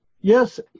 Yes